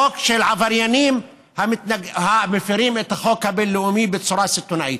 חוק של עבריינים המפירים את החוק הבין-לאומי בצורה סיטונאית.